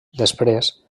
després